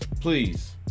please